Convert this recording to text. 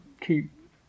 keep